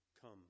come